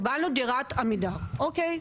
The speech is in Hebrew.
קיבלנו דירת עמידר, אוקיי?